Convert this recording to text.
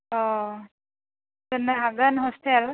अ दोननो हागोन हस्टेल